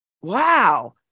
wow